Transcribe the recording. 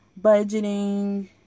budgeting